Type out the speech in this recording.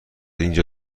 اینجا